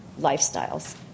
lifestyles